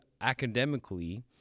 academically